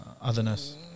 otherness